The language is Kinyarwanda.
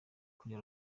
kuri